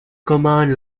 command